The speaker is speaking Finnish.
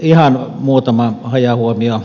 ihan muutama hajahuomio